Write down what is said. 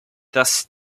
das